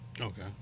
okay